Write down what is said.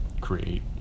create